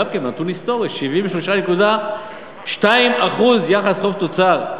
וזה גם נתון היסטורי: 73.2% יחס חוב תוצר.